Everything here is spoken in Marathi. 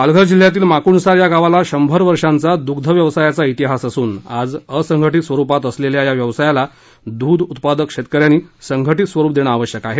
पालघर जिल्ह्यातील माकूणसार या गावाला शंभर वर्षांचा दुग्ध व्यवसायाचा तिहास असून आज असंघटित स्वरूपात असलेल्या या व्यवसायाला दृध उत्पादक शेतकऱ्यांनी संघटित स्वरूप देणं आवश्यक आहे